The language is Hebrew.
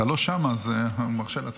אתה לא שם, אז הוא מרשה לעצמו.